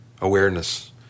awareness